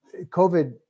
COVID